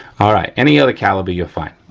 all right, any other caliber you're fine.